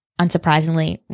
unsurprisingly